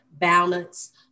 balance